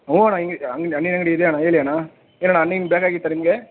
ಹ್ಞೂ ಅಣ್ಣ ಹಣ್ಣಿನ ಅಂಗಡಿ ಇದೆ ಅಣ್ಣ ಹೇಳಿ ಅಣ್ಣ ಏನು ಅಣ್ಣ ಹಣ್ಣು ಗಿಣ್ಣು ಬೇಕಾಗಿತ್ತಾ ನಿಮಗೆ